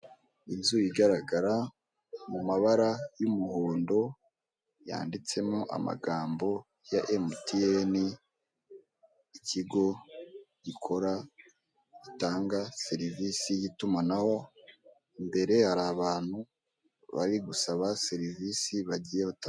Inzu igaragara mu mabara y'umuhondo yanditsemo amagambo ya emutiyene ikigo gikora gitanga serivisi y'itumanaho imbere hari abantu bari gusaba serivisi bagiye batandukanye.